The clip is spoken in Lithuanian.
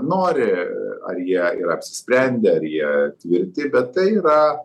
nori ar jie yra apsisprendę ar jie tvirti bet tai yra